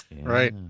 right